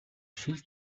шил